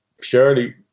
Surely